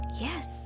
Yes